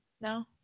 No